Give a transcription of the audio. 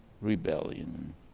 rebellion